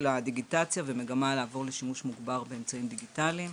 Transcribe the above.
הדיגיטציה ומגמה לעבור לשימוש מוגבר באמצעים דיגיטליים,